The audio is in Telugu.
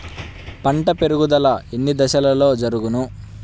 పంట పెరుగుదల ఎన్ని దశలలో జరుగును?